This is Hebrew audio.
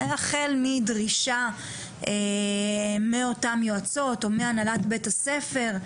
החל מדרישה מאותן יועצות או מהנהלת בית הספר,